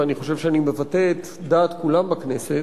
ואני חושב שאני מבטא את דעת כולם בכנסת: